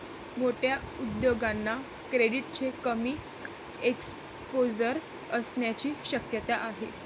मोठ्या उद्योगांना क्रेडिटचे कमी एक्सपोजर असण्याची शक्यता आहे